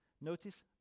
notice